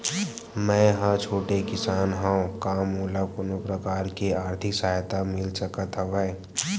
मै ह छोटे किसान हंव का मोला कोनो प्रकार के आर्थिक सहायता मिल सकत हवय?